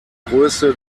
größte